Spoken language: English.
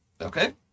Okay